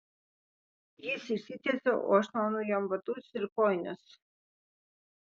jis išsitiesia o aš nuaunu jam batus ir kojines